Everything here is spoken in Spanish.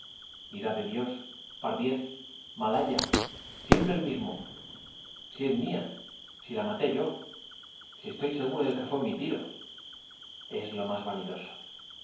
ira de dios pardiez malhaya siempre el mismo si es mía si la maté yo si estoy seguro de que fue mi tiro es lo más vanidoso